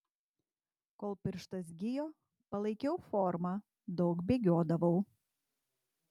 kol pirštas gijo palaikiau formą daug bėgiodavau